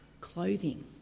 clothing